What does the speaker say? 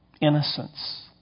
Innocence